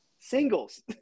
singles